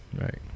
right